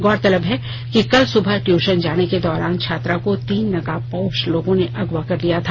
गौरतलब है कि कल सुबह ट्यूशन जाने के दौरान छात्रा को तीन नकाबपोश लोगों ने अगवा कर लिया था